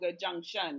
Junction